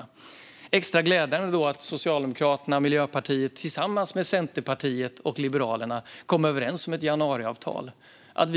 Då är det extra glädjande att Socialdemokraterna och Miljöpartiet tillsammans med Centerpartiet och Liberalerna kom överens om ett januariavtal och